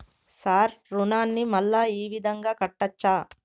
Sir రుణాన్ని మళ్ళా ఈ విధంగా కట్టచ్చా?